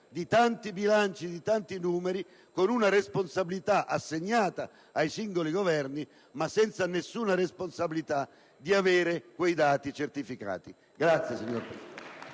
di tanti bilanci e di tanti numeri, con una responsabilità assegnata ai singoli Governi ma senza alcuna responsabilità di avere quei dati certificati. *(Applausi del